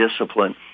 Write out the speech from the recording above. discipline